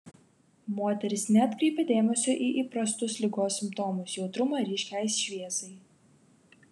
moteris neatkreipė dėmesio į įprastus ligos simptomus jautrumą ryškiai šviesai